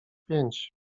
pięć